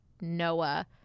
Noah